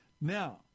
now